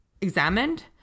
examined